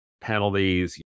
penalties